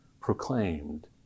proclaimed